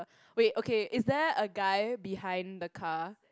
wait okay is there a guy behind the car